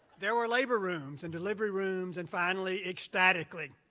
there were labor rooms and delivery rooms and finally, ecstatically,